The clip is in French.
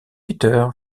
peter